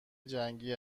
جنگی